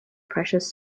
precious